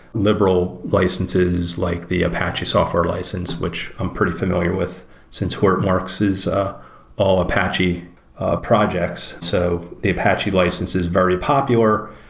liberal licenses, like the apache software license, which i'm pretty familiar with since hortonworks is an all apache projects. so the apache license is very popular.